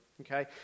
Okay